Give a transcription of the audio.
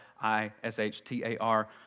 I-S-H-T-A-R